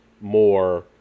more